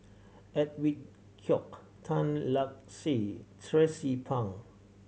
Edwin Koek Tan Lark Sye Tracie Pang